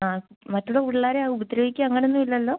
ആ മറ്റുള്ള പിള്ളേരെ ഉപദ്രവിക്കുക അങ്ങനെ ഒന്നും ഇല്ലല്ലോ